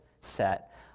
set